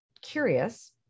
curious